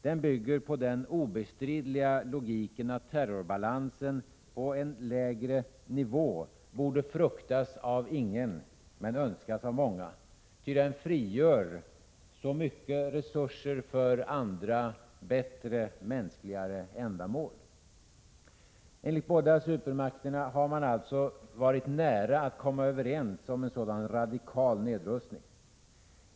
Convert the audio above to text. Den bygger på den obestridliga logiken att terrorbalansen på en lägre nivå borde fruktas av ingen men önskas av många, ty den frigör så mycket resurser för andra bättre och mänskligare ändamål. Enligt båda supermakterna har man alltså varit nära att komma överens om en sådan radikal nedrustning.